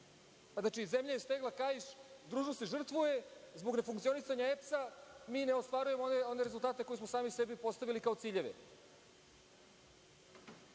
Znači, zemlja je stegla kaiš, društvo se žrtvuje. Zbog nefunkcionisanja EPS-a mi ne ostvarujemo one rezultate koje smo sami sebi postavili kao ciljeve. Dakle,